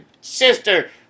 sister